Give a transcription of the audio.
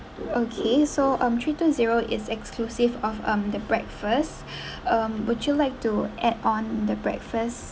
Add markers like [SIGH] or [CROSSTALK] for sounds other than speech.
okay so um three to zero is exclusive of um the breakfast [BREATH] um would you like to add on the breakfast